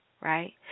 right